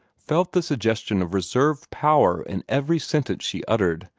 felt the suggestion of reserved power in every sentence she uttered,